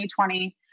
2020